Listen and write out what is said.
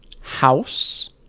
house